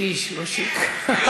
קיש, לא שיק.